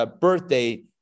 birthday